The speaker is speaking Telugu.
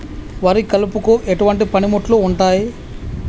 వరి కలుపుకు ఎటువంటి పనిముట్లు ఉంటాయి?